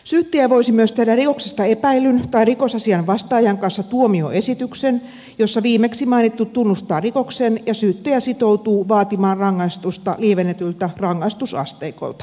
syyttäjä voisi myös tehdä rikoksesta epäillyn tai rikosasian vastaajan kanssa tuomioesityksen jossa viimeksi mainittu tunnustaa rikoksen ja syyttäjä sitoutuu vaatimaan rangaistusta lievennetyltä rangaistusasteikolta